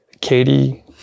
Katie